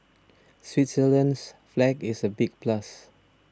Switzerland's flag is a big plus